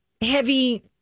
heavy